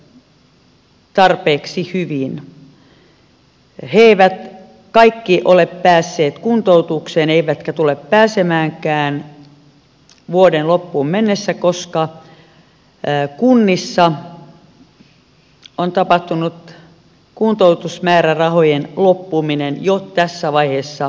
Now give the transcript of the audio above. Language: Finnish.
he eivät kaikki ole päässeet kuntoutukseen eivätkä tule pääsemäänkään vuoden loppuun mennessä koska kunnissa on tapahtunut kuntoutusmäärärahojen loppuminen jo tässä vaiheessa vuotta